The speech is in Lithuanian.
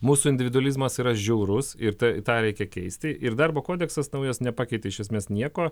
mūsų individualizmas yra žiaurus ir tą reikia keisti ir darbo kodeksas naujas nepakeitė iš esmės nieko